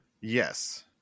Yes